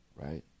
Right